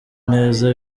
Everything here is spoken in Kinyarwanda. neza